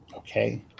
Okay